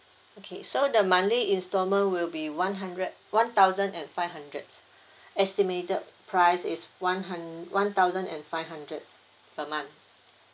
okay so the monthly instalment will be one hundred one thousand and five hundred estimated price is one hun~ one thousand and five hundred per month